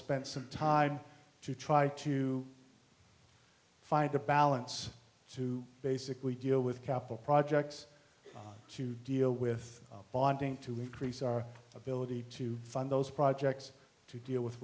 spent some time to try to find a balance to basically deal with capital projects to deal with bonding to increase our ability to fund those projects to deal with